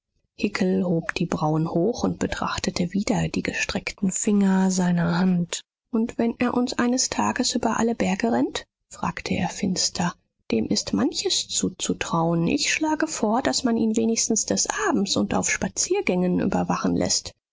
hob die brauen hoch und betrachtete wieder die gestreckten finger seiner hand und wenn er uns eines tages über alle berge rennt fragte er finster dem ist manches zuzutrauen ich schlage vor daß man ihn wenigstens des abends und auf spaziergängen überwachen läßt